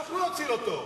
אנחנו נציל אותו.